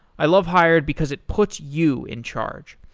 i love hired because it puts you in charge.